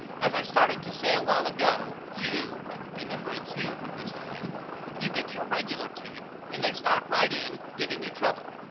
as i started to say awhile ago, you remember it's you from this point you get your regular teeth and they start right in giving you trouble.